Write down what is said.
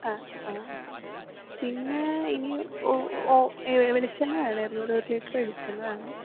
പിന്നെ ഇനി വെളിച്ചെണ്ണ വേണമായിരുന്നു ഒരു ഒരു ലിറ്ററ് വെളിച്ചെണ്ണ വേണം